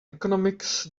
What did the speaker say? economics